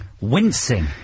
wincing